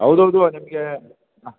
ಹೌದು ಹೌದು ನಿಮ್ಗೆ ಹಾಂ